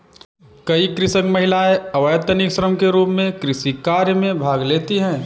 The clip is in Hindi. कई कृषक महिलाएं अवैतनिक श्रम के रूप में कृषि कार्य में भाग लेती हैं